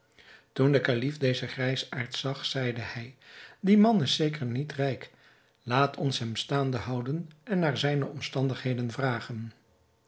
toen de kalif dezen grijsaard zag zeide hij die man is zeker niet rijk laat ons hem staande houden en naar zijne omstandigheden vragen